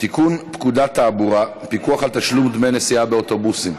תיקון פקודת תעבורה (פיקוח על תשלום דמי נסיעה באוטובוסים).